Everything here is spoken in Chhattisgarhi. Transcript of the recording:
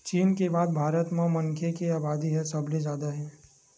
चीन के बाद भारत म मनखे के अबादी ह सबले जादा हे